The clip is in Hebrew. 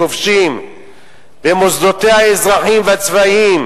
כובשים במוסדותיה האזרחיים והצבאיים,